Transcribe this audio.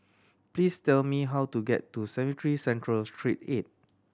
please tell me how to get to Cemetry Central Street Eight